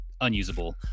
Unusable